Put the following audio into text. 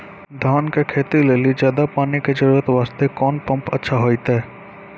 धान के खेती के लेली ज्यादा पानी के जरूरत वास्ते कोंन पम्प अच्छा होइते?